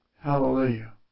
Hallelujah